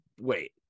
wait